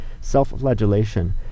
self-flagellation